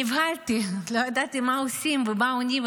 נבהלתי, לא ידעתי מה עושים, ומה עונים.